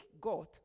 God